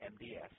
MDS